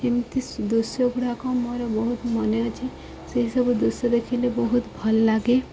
ଏମିତି ଦୃଶ୍ୟ ଗୁଡ଼ାକ ମୋର ବହୁତ ମନେ ଅଛି ସେଇସବୁ ଦୃଶ୍ୟ ଦେଖିଲେ ବହୁତ ଭଲ ଲାଗେ